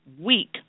weak